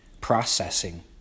processing